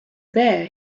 there